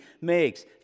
makes